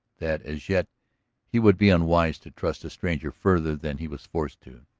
that as yet he would be unwise to trust a stranger further than he was forced to.